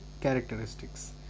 characteristics